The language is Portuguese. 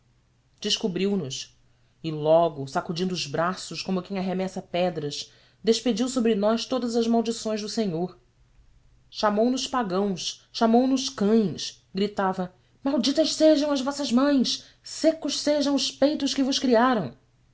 descobriu nos e logo estendendo os braços como quem arremessa pedras despediu sobre nós todas as maldições do senhor chamou nos pagãos chamou nos cães gritava malditas sejam as vossas mães secos sejam os peitos que vos criaram